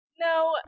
No